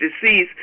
deceased